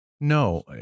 No